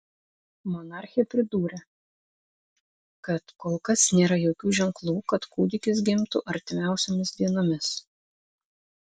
monarchė pridūrė kad kol kas nėra jokių ženklų kad kūdikis gimtų artimiausiomis dienomis